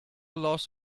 loss